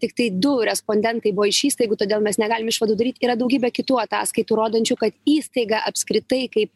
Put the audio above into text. tiktai du respondentai buvo iš įstaigų todėl mes negalim išvadų daryt yra daugybė kitų ataskaitų rodančių kad įstaiga apskritai kai